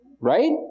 Right